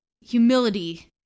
humility